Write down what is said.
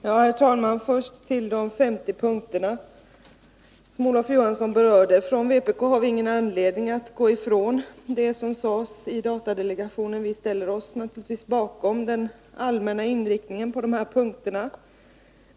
Herr talman! Först till de 50 punkterna. Från vpk har vi ingen anledning att gå ifrån det som sades i datadelegationen. Vi ställer oss naturligtvis bakom den allmänna inriktningen på de här punkterna.